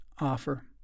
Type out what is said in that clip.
offer